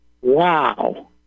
wow